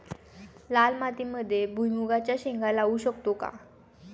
लाल मातीमध्ये भुईमुगाच्या शेंगा लावू शकतो का?